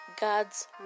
God's